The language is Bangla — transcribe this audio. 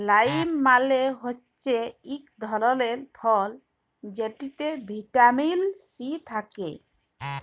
লাইম মালে হচ্যে ইক ধরলের ফল যেটতে ভিটামিল সি থ্যাকে